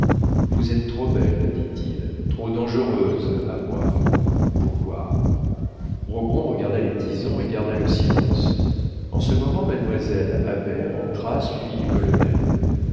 vous êtes trop belle dit-il trop dangereuse à voir pourquoi rogron regarda les tisons et garda le silence en ce moment mademoiselle habert entra suivie du colonel